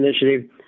Initiative